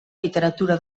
literatura